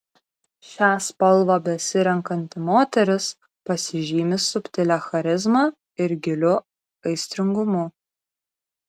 šią spalvą besirenkanti moteris pasižymi subtilia charizma ir giliu aistringumu